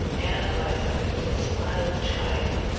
ann eliza, with a smile of triumph,